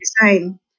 design